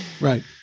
right